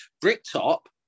Bricktop